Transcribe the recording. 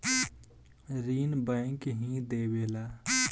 ऋण बैंक ही देवेला